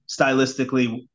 stylistically